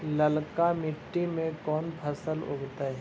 ललका मट्टी में कोन फ़सल लगतै?